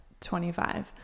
25